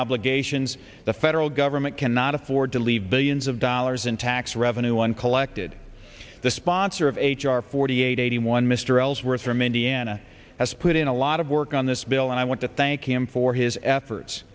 obligations the federal government cannot afford to leave billions of dollars in tax revenue one collected the sponsor of h r forty eight eighty one mr ellsworth from indiana has put in a lot of work on this bill and i want to thank him for his efforts